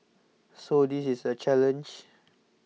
so this is a challenge